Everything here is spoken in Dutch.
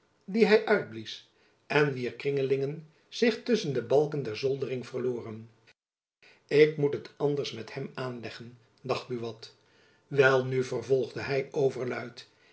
die hy uitblies en wier kringelingen zich tusschen de balken der zoldering verloren ik moet het anders met hem aanleggen dacht buat wel nu vervolgde hy overluid